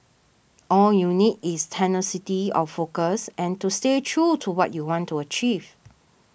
all you need is tenacity of focus and to stay true to what you want to achieve